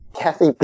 Kathy